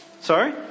Sorry